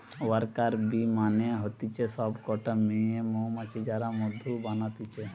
worker bee মানে হতিছে সব কটা মেয়ে মৌমাছি যারা মধু বানাতিছে